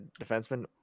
defenseman